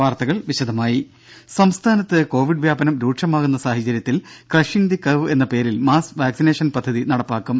വാർത്തകൾ വിശദമായി സംസ്ഥാനത്ത് കൊവിഡ് രൂക്ഷമാകുന്ന വ്യാപനം സാഹചര്യത്തിൽ ക്രഷിംഗ് ദി കർവ് എന്ന പേരിൽ മാസ് വാക്സിനേഷൻ പദ്ധതി നടപ്പാക്കും